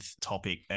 topic